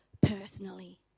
personally